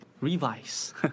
Revise